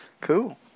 Cool